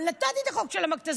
אבל נתתי את החוק של המכת"זית,